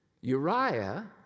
Uriah